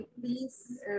please